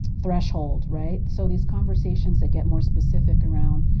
threshold, right. so these conversations that get more specific around